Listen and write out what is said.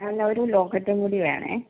അല്ല ഒരു ലോക്കറ്റും കൂടി വേണേ